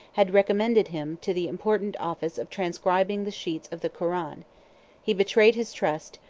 had recommended him to the important office of transcribing the sheets of the koran he betrayed his trust,